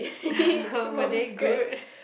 were they good